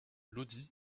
lodi